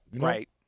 Right